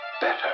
better